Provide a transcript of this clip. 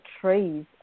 trees